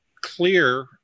clear